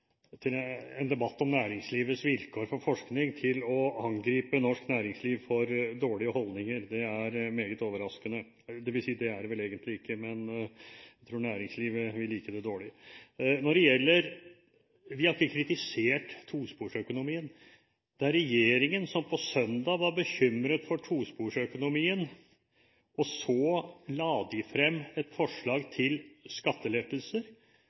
til å angripe norsk næringsliv for dårlige holdninger. Det er meget overraskende – eller det er det vel egentlig ikke, men jeg tror næringslivet vil like det dårlig. Når det gjelder tosporsøkonomien, har ikke vi kritisert den. Det var regjeringen som på søndag var bekymret for tosporsøkonomien, og så la de frem et forslag til skattelettelser